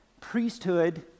priesthood